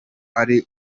ari